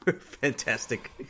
Fantastic